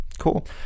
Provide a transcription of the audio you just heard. Cool